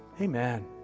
Amen